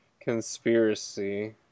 conspiracy